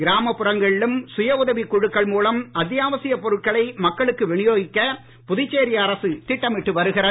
கிராமப் புறங்களிலும் சுயஉதவிக் குழுக்கள் மூலம் அத்தியாவசியப் பொருட்களை மக்களுக்கு வினியோகிக்க புதுச்சேரி அரசு திட்டமிட்டு வருகிறது